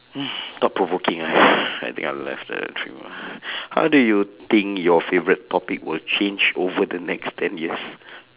thought provoking ah I think I'm left like uh three more how do you think your favourite topic will change over the next ten years